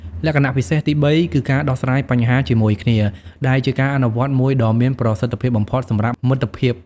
លក្ខណៈពិសេសទីបីគឺការដោះស្រាយបញ្ហាជាមួយគ្នា ដែលជាការអនុវត្តមួយដ៏មានប្រសិទ្ធភាពបំផុតសម្រាប់មិត្តភាព។